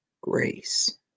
grace